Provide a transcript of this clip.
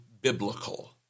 biblical